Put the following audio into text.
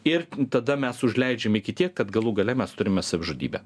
ir tada mes užleidžiam iki tiek kad galų gale mes turime savižudybę